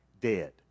dead